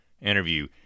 interview